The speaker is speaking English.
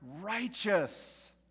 righteous